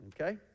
Okay